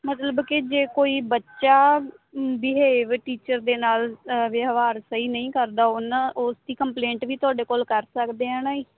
ਮਤਲਬ ਕਿ ਜੇ ਕੋਈ ਬੱਚਾ ਬਿਹੇਵ ਟੀਚਰ ਦੇ ਨਾਲ ਵਿਵਹਾਰ ਸਈ ਨਹੀਂ ਕਰਦਾ ਉਨ੍ਹਾਂ ਉਸ ਦੀ ਕੰਪਲੇਂਟ ਵੀ ਤੁਹਾਡੇ ਕੋਲ ਕਰ ਸਕਦੇ ਹਾਂ ਨਾ ਜੀ